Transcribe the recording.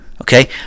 Okay